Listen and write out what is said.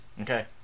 Okay